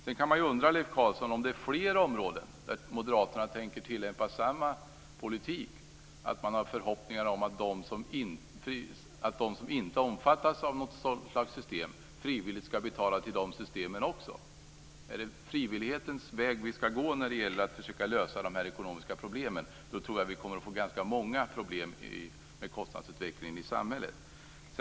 Sedan kan man ju undra, Leif Carlson, om moderaterna tänker tillämpa politik på fler områden. Man kan undra om moderaterna har förhoppningar om att de som inte omfattas av något slags system frivilligt skall betala till de systemen också. Är det frivillighetens väg vi skall gå när det gäller att försöka lösa de ekonomiska problemen? Då tror jag att vi kommer att få ganska många problem med kostnadsutvecklingen i samhället.